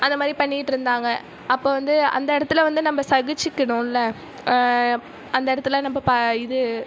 அந்த மாதிரி பண்ணிக்கிட்டு இருந்தாங்க அப்போ வந்து அந்த இடத்தில் வந்து நம்ம சகிச்சுக்கணுமில்லே அந்த இடத்தில் நம்ப பா இது